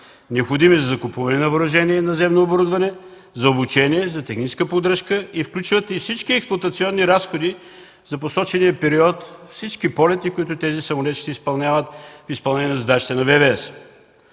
необходими за закупуване на въоръжение и наземно оборудване, за обучение, за техническа поддръжка и включват всички експлоатационни разходи за посочения период, всички полети, които тези самолети ще изпълняват в изпълнение на задачите на ВВС.